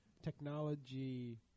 technology